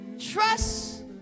Trust